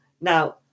Now